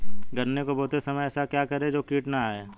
गन्ने को बोते समय ऐसा क्या करें जो कीट न आयें?